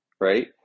right